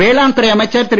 வேளாண் துறை அமைச்சர் திரு